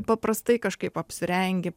paprastai kažkaip apsirengi